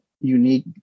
unique